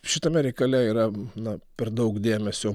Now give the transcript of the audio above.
šitame reikale yra na per daug dėmesio